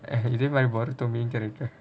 இது மாரி:ithu maari baruto main character